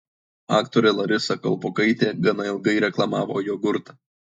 aktorė larisa kalpokaitė gana ilgai reklamavo jogurtą